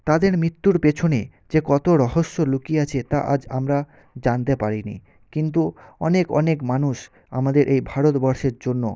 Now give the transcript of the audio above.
তাদের মৃত্যুর পেছনে যে কতো রহস্য লুকিয়ে আছে তা আজ আমরা জানতে পারিনি কিন্তু অনেক অনেক মানুষ আমাদের এই ভারতবর্ষের জন্য